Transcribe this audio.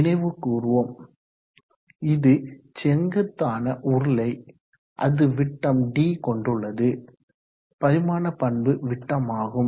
நினைவு கூர்வோம் இது செங்குத்தான உருளை அது விட்டம் d கொண்டுள்ளது பரிமாண பண்பு விட்டம் ஆகும்